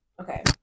Okay